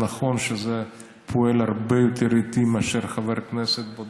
נכון שזה פועל הרבה יותר לאט מחבר כנסת בודד,